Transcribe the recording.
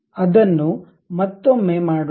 ಅದನ್ನು ಮತ್ತೊಮ್ಮೆ ಮಾಡೋಣ